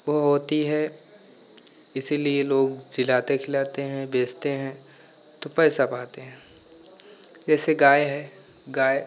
वह होती है इसीलिए लोग जिलाते खिलाते हैं बेचते हैं तो पैसा पाते हैं जैसे गाय है गाय